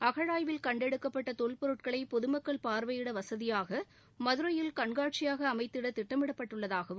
அகழாய்வில் கண்டெடுக்கப்பட்ட தொல்பொருட்களை பொதுமக்கள் பார்வையிட வசதியாக மதுரையில் கண்காட்சியாக அமைத்திட திட்டமிடப்பட்டுள்ளதாகவும்